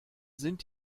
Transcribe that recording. sind